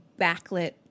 backlit